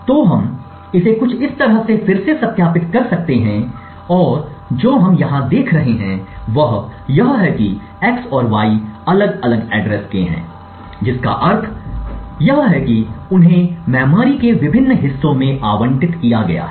तो हम इसे कुछ इस तरह से फिर से सत्यापित कर सकते हैं और जो हम यहां देख रहे हैं वह यह है कि x और y अलग अलग पते के हैं जिसका अर्थ है कि उन्हें मेमोरी के विभिन्न हिस्सों में आवंटित किया गया है